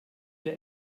wir